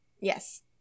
Yes